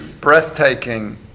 breathtaking